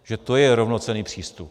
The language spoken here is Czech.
Takže to je rovnocenný přístup.